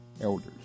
Elders